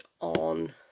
on